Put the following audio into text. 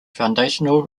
foundational